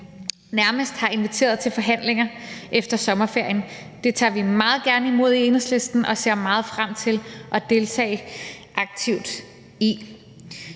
nærmest har inviteret til forhandlinger efter sommerferien. Det tager vi meget gerne imod i Enhedslisten og ser meget frem til at deltage aktivt i.